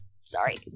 sorry